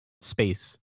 space